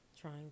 trying